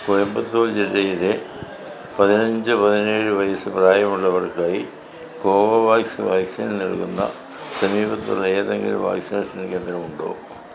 കോയമ്പത്തൂർ ജില്ലയിലെ പതിനഞ്ച് പതിനേഴ് വയസ്സ് പ്രായമുള്ളവർക്കായി കോവോവാക്സ് വാക്സിൻ നൽകുന്ന സമീപത്തുള്ള ഏതെങ്കിലും വാക്സിനേഷൻ കേന്ദ്രമുണ്ടോ